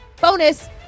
bonus